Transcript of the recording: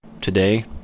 Today